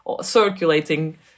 circulating